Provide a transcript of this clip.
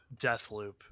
Deathloop